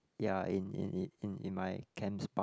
ya in in in in in my camp's bunk